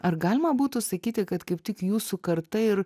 ar galima būtų sakyti kad kaip tik jūsų karta ir